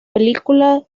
película